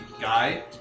guy